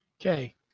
Okay